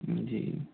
जी